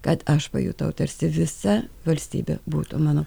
kad aš pajutau tarsi visa valstybė būtų mano